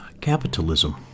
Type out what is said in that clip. Capitalism